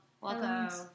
Welcome